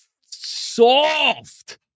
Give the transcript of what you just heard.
soft